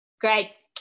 great